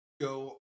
go